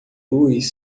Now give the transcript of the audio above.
luz